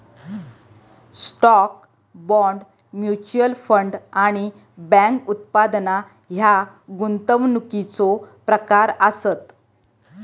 stock, bond, mutual fund आणि bank उत्पादना ह्या गुंतवणुकीचो प्रकार आसत